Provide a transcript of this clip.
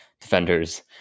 defenders